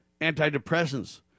antidepressants